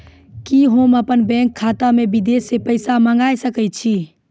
कि होम अपन बैंक खाता मे विदेश से पैसा मंगाय सकै छी?